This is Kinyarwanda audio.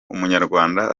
umunyarwanda